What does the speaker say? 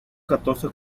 catorce